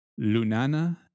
Lunana